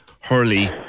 Hurley